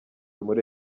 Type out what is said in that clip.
muri